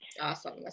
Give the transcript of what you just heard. Awesome